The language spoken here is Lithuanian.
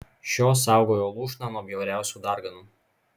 šios saugojo lūšną nuo bjauriausių darganų